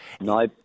No